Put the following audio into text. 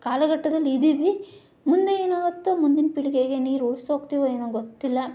ಕಾಲಘಟ್ಟದಲ್ಲಿ ಇದ್ದೀವಿ ಮುಂದೇನಾಗುತ್ತೋ ಮುಂದಿನ ಪೀಳಿಗೆಗೆ ನೀರು ಉಳ್ಸಿ ಹೋಗ್ತೀವೇನೋ ಗೊತ್ತಿಲ್ಲ